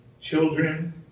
children